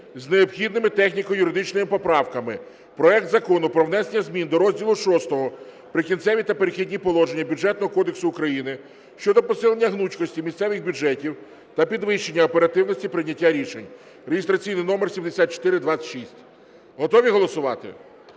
з необхідними техніко-юридичними поправками проект Закону про внесення змін до розділу VI "Прикінцеві та перехідні положення" Бюджетного кодексу України щодо посилення гнучкості місцевих бюджетів та підвищення оперативності прийняття рішень (реєстраційний номер 7426). Готові голосувати?